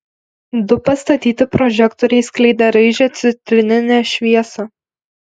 du pastatyti prožektoriai skleidė raižią citrininę šviesą